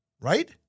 Right